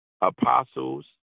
apostles